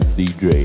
dj